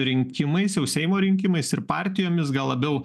rinkimais jau seimo rinkimais ir partijomis gal labiau